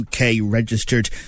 UK-registered